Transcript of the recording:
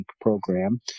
program